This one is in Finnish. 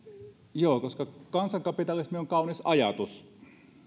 joo koska kansankapitalismi on kaunis ajatus